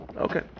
Okay